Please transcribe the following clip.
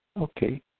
Okay